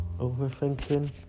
Overthinking